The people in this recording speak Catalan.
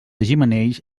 gimenells